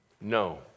No